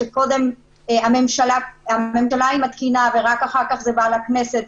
שקודם הממשלה מתקינה ורק אחר כך זה בא לכנסת,